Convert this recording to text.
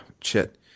Chit